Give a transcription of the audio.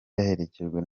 yaherekejwe